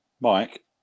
mike